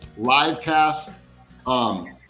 livecast